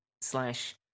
slash